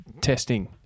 testing